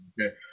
Okay